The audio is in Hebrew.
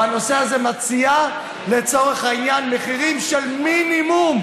בנושא הזה, מציעה לצורך העניין מחירי מינימום.